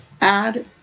add